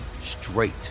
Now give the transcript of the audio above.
straight